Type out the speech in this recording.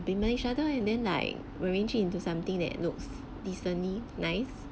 complement each other and then like will arrange it into something that looks decently nice